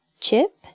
Chip